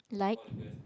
like